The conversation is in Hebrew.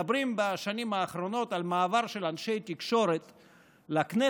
מדברים בשנים האחרונות על מעבר של אנשי תקשורת לכנסת,